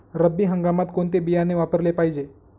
रब्बी हंगामात कोणते बियाणे वापरले पाहिजे?